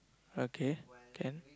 okay can